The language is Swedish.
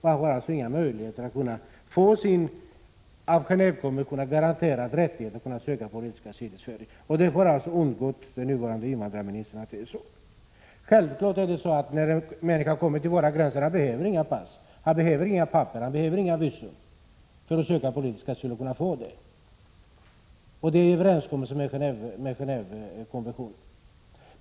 Han har således inga möjligheter att få sin av Genåvekonventionen garanterade rättighet att söka politisk asyli Sverige. Det har tydligen undgått den nuvarande invandrarministern att förhållandena är sådana. Självfallet borde det vara så att när en människa kommer till våra gränser skulle han inte behöva pass, papper eller visum för att söka politisk asyl och kunna få det. Det skulle vara i överensstämmelse med Genåvekonventionen.